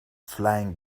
flying